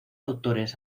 autores